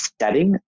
setting